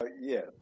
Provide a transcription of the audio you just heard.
Yes